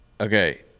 Okay